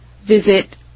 visit